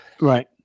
Right